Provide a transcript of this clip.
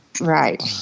right